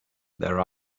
their